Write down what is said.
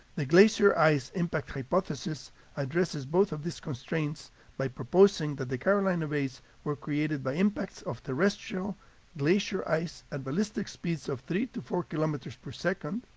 the glacier ice impact hypothesis addresses both of these constraints by proposing that the carolina bays were created by impacts of terrestrial glacier ice at ballistic speeds of three to four kilometers per second,